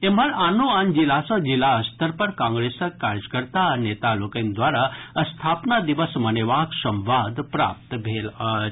एम्हर आनो आन जिला सँ जिला स्तर पर कांग्रेसक कार्यकर्ता आ नेता लोकनि द्वारा स्थापना दिवस मनेबाक संवाद प्राप्त भेल अछि